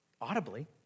Audibly